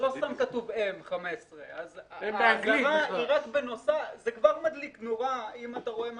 לא סתם כתוב M15. זה כבר מדליק נורה אם אתה רואה משהו,